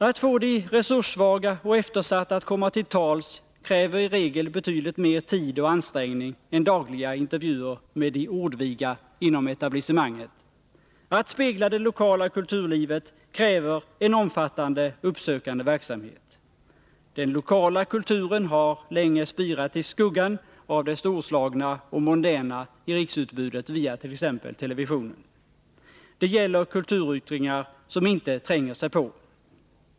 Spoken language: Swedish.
Att få de resurssvaga och eftersatta att komma till tals kräver i regel betydligt mer tid och ansträngning än dagliga intervjuer med de ordviga inom etablissemanget. Att spegla det lokala kulturlivet kräver en omfattande uppsökande verksamhet. Den lokala kulturen har länge spirat i skuggan av det storslagna och mondäna i riksutbudet via t.ex. televisionen. Det gäller kulturyttringar som inte tränger sig på.